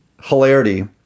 hilarity